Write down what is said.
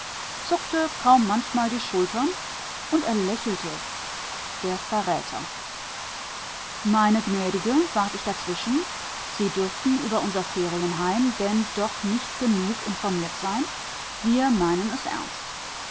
zuckte kaum manchmal die schultern und er lächelte der verräter meine gnädige warf ich dazwischen sie dürften über unser ferienheim denn doch nicht genug informiert sein wir meinen es ernst